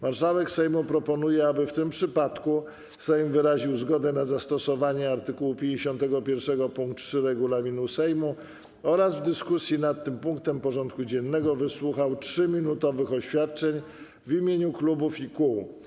Marszałek Sejmu proponuje, aby w tym przypadku Sejm wyraził zgodę na zastosowanie art. 51 pkt 3 regulaminu Sejmu oraz w dyskusji nad tym punktem porządku dziennego wysłuchał 3-minutowych oświadczeń w imieniu klubów i kół.